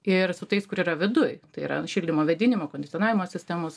ir su tais kurie yra viduj tai yra šildymo vėdinimo kondicionavimo sistemos